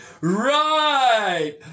Right